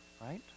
right